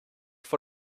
for